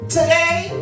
Today